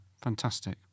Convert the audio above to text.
fantastic